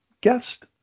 guest